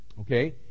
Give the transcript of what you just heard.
Okay